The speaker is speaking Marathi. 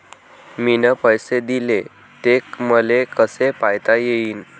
मिन पैसे देले, ते मले कसे पायता येईन?